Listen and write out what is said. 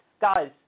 Guys